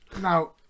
Now